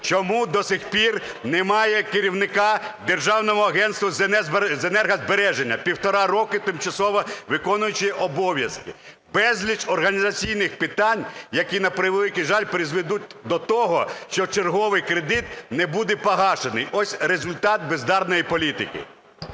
Чому до сих пір немає керівника Державного агентства з енергозбереження? Півтора роки тимчасово виконуючий обов'язки. Безліч організаційних питань, які, на превеликий жаль, призведуть до того, що черговий кредит не буде погашений. Ось результат бездарної політики.